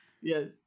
Yes